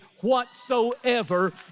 whatsoever